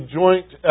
joint